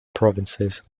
provinces